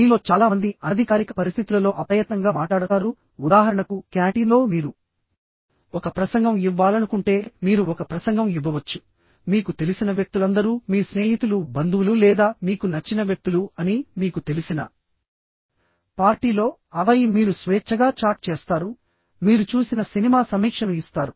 మీలో చాలా మంది అనధికారిక పరిస్థితులలో అప్రయత్నంగా మాట్లాడతారు ఉదాహరణకు క్యాంటీన్లో మీరు ఒక ప్రసంగం ఇవ్వాలనుకుంటే మీరు ఒక ప్రసంగం ఇవ్వవచ్చుమీకు తెలిసిన వ్యక్తులందరూ మీ స్నేహితులు బంధువులు లేదా మీకు నచ్చిన వ్యక్తులు అని మీకు తెలిసిన పార్టీలోఆపై మీరు స్వేచ్ఛగా చాట్ చేస్తారు మీరు చూసిన సినిమా సమీక్షను ఇస్తారు